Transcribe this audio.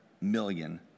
million